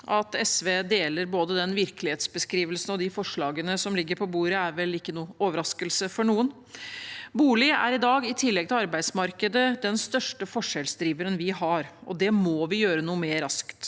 At SV deler både den virkelighetsbeskrivelsen og de forslagene som ligger på bordet, er vel ikke noen overraskelse for noen. Bolig er i dag, i tillegg til arbeidsmarkedet, den største forskjellsdriveren vi har, og det må vi gjøre noe med raskt.